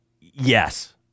yes